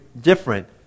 different